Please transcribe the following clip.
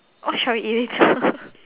what shall we eat later